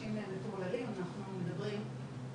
אנשים מטורללים, אנחנו מדברים,